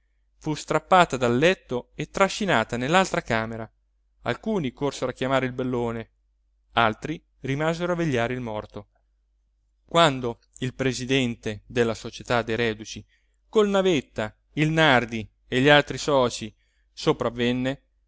fu strappata dal letto e trascinata nell'altra camera alcuni corsero a chiamare il bellone altri rimasero a vegliare il morto quando il presidente della società dei reduci col navetta il nardi e gli altri socii